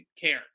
care